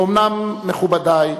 ואומנם, מכובדי,